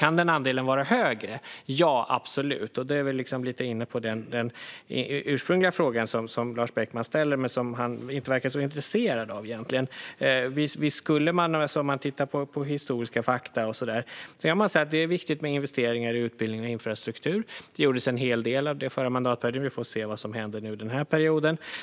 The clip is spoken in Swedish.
Kan andelen då vara högre? Ja, absolut. Då är vi inne på den ursprungliga frågan som Lars Beckman ställde men som han inte verkar vara så intresserad av egentligen. Om man tittar på historiska fakta och så vidare kan man säga att det är viktigt med investeringar i utbildning och infrastruktur. Det gjordes en hel del sådant under förra mandatperioden. Vi får se vad som händer den här perioden.